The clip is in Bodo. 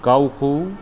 गावखौ